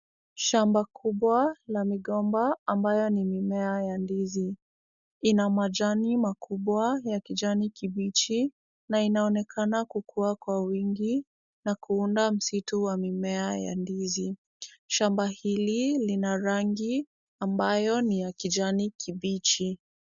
Shamba kubwa la migomba, ambayo ni mimea ya ndizi. Ina majani makubwa ya kijani kibichi, na inaonekana kukua kwa wingi, na kuunda msitu wa mimea ya ndizi. Shamba hili lina rangi, ambayo ni ya kijani kibichi.